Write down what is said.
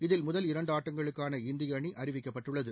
இதில் முதல் இரண்டு ஆட்டங்களுக்கான இந்திய அணி அறிவிக்கப்பட்டுள்ளது